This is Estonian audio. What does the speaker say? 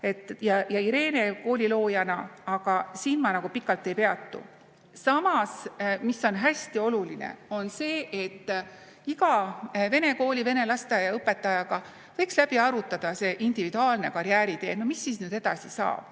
ja Irene kooli loojana, aga mina siin pikalt ei peatu. Samas on hästi oluline see, et iga vene kooli, vene lasteaia õpetajaga võiks läbi arutada individuaalse karjääritee, mis siis nüüd edasi saab.